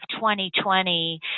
2020